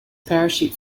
parachute